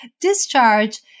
discharge